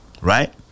right